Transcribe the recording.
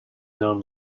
known